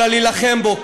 אלא להילחם בו.